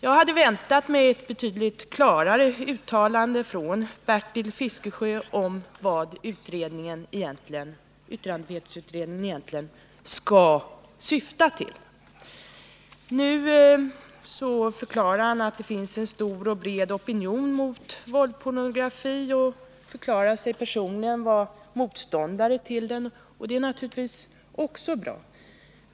Jag hade väntat mig ett betydligt klarare uttalande från Bertil Fiskesjö om vad yttrandefrihetsutredningen egentligen syftar till. Bertil Fiskesjö sade att det finns en stor och bred opinion mot våldspornografi och förklarade sig personligen vara motståndare till våldspornografin, och det är naturligtvis också bra.